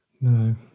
no